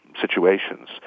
situations